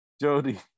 Jody